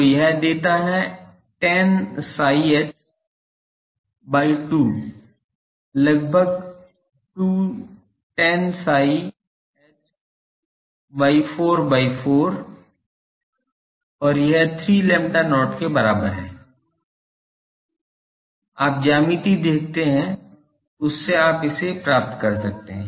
तो यह देता है tan psi h by 2 लगभग 2 tan psi h 4 by 4 है और यह 3 lambda not के बराबर है आप ज्यामिति देखते हैं उससे आप इसे प्राप्त कर सकते हैं